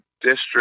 district